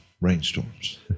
rainstorms